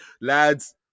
Lads